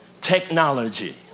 Technology